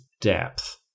depth